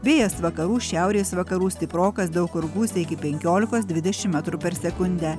vėjas vakarų šiaurės vakarų stiprokas daug kur gūsiai penkiolikos dvidešimt metrų per sekundę